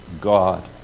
God